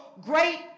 great